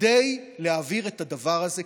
כדי להעביר את הדבר הזה,